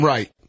Right